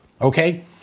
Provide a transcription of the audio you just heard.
okay